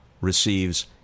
receives